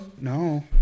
no